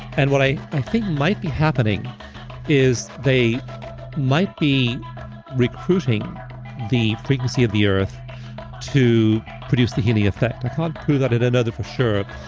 and what i and think might be happening is they might be recruiting the frequency of the earth to produce the healing effect. i can't prove that in and of for sure,